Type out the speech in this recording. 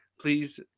please